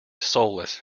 soulless